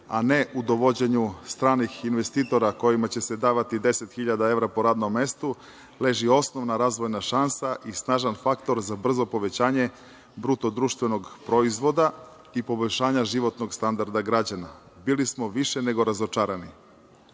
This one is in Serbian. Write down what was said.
a ne u dovođenju stranih investitora kojima će se davati deset hiljada evra po radnom mestu, leži osnovna razvojna šansa i snažan faktor za brzo povećanje BDP-a i poboljšanja životnog standarda građana, bili smo više nego razočarani.